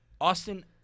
Austin